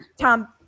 Tom